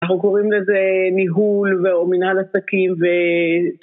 אנחנו קוראים לזה ניהול ואו..ומינהל עסקים ו...